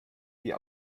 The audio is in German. wie